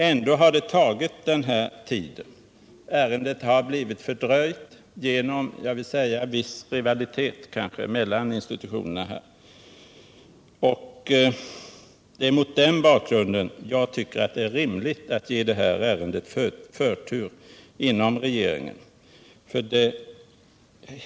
Ändå har det tagit den här tiden. Ärendet har blivit fördröjt, kanske genom viss rivalitet mellan institutionerna. Det är mot den bakgrunden jag finner det rimligt att ge ärendet förtur inom regeringen.